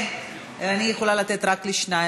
אבל אני יכולה לתת רק לשניים.